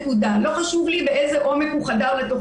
לא חושב לי באיזה עומק הוא חדר לתוך